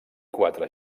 quatre